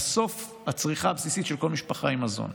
בסוף הצריכה הבסיסית של כל משפחה היא מזון,